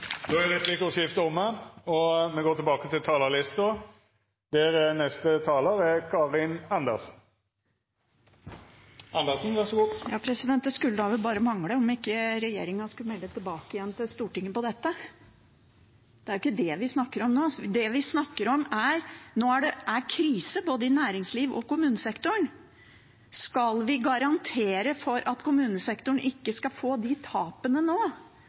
Replikkordskiftet er omme. Det skulle da vel bare mangle at ikke regjeringen skulle melde tilbake til Stortinget på dette. Det er jo ikke det vi snakker om nå. Det vi snakker om, er at når det er krise i både næringsliv og kommunesektor, skal vi garantere for at kommunesektoren ikke skal få de tapene nå.